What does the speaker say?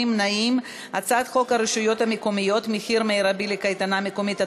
הצעת חוק הרשויות המקומיות (מחיר מרבי לקייטנה מקומית),